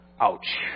Ouch